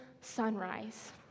sunrise